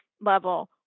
level